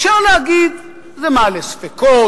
אפשר להגיד: זה מעלה ספקות,